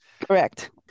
Correct